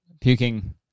Puking